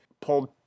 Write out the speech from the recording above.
pulled